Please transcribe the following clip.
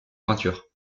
peinture